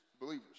believers